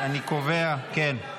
אני קובע, כן.